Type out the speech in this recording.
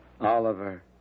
Oliver